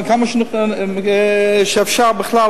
כמה שאפשר בכלל,